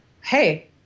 Hey